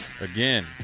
Again